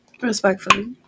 Respectfully